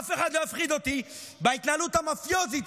אף אחד לא יפחיד אותי בהתנהלות המאפיוזית